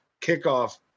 kickoff